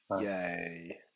Yay